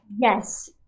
Yes